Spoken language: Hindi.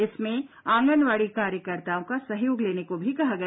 इसमें आंगनवाडी कार्यकर्ताओं का सहयोग लेने को भी गया गया